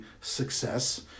success